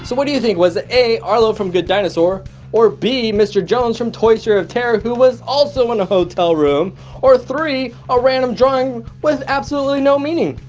so what do you think, was it a arlo from good dinosaur or b mr. jones from toy story of terror who was also in a hotel room or three a random drawing with absolutely no meaning?